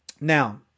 Now